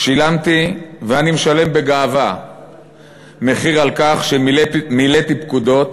שילמתי ואני משלם בגאווה מחיר על כך שמילאתי פקודות